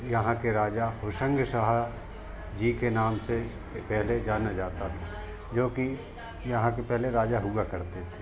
यहाँ के राजा होशंग शाह जी के नाम से यह पहले जाना जाता था जोकि यहाँ के पहले राजा हुआ करते थे